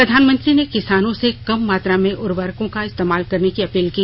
प्रधानमंत्री ने किसानों से कम मात्रा में उर्वरकों का इस्तेमाल करने की अपील की